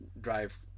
drive